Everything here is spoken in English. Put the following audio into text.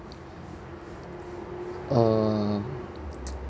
uh